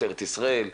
משטרת ישראל,